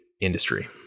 industry